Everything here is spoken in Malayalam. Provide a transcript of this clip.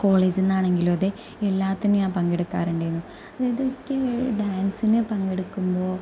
കോളേജിൽ നിന്നാണെങ്കിലുമതെ എല്ലാറ്റിനും ഞാ പങ്കെടുക്കാറുണ്ടെനു അതായത് എനിക്ക് ഞാൻ ഡാൻസിന് പങ്കെടുക്കുമ്പോൾ